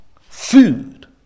food